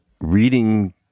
reading